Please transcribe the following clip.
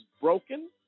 broken